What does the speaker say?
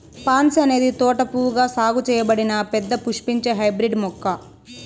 pansy అనేది తోట పువ్వుగా సాగు చేయబడిన పెద్ద పుష్పించే హైబ్రిడ్ మొక్క